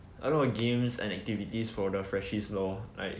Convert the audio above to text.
I know a games and activities for the freshies lor like